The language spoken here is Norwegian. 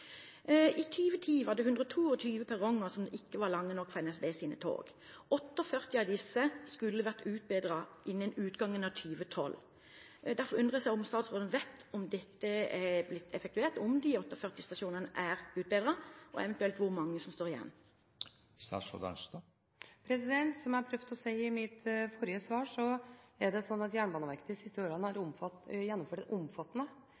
I 2010 var det 122 perronger som ikke var lange nok for NSBs tog. 48 av disse skulle ha vært utbedret innen utgangen av 2012. Derfor undrer jeg på om statsråden vet om dette er effektuert, om disse 48 stasjonene er utbedret, eventuelt hvor mange som står igjen? Som jeg prøvde å si i mitt forrige svar: Jernbaneverket har de siste årene gjennomført en omfattende utbedring og også planlegging av utbedring av plattformer på veldig mange stasjoner, nesten på alle banestrekninger. Det